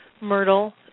myrtle